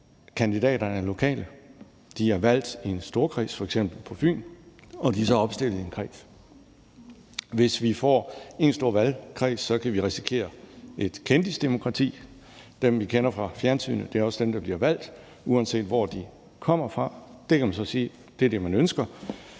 kandidaterne er lokale. De er valgt i f.eks. en storkreds på Fyn, og de er så opstillet i en kreds. Hvis vi får én stor valgkreds, kan vi risikere et kendisdemokrati. Dem, vi kender fra fjernsynet, er også dem, der bliver valgt, uanset hvor de kommer fra. Det kan man så sige er det, man ønsker.